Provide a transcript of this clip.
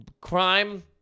Crime